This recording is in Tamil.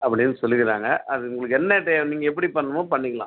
அப்படின்னு சொல்லிக்கிறாங்க அது உங்களுக்கு என்ன தேவை நீங்கள் எப்படி பண்ணணுமோ பண்ணிக்கலாம்